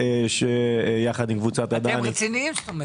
כלומר אתם רציניים.